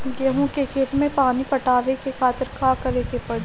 गेहूँ के खेत मे पानी पटावे के खातीर का करे के परी?